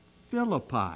Philippi